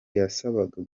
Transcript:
yasabaga